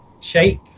Shape